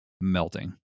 melting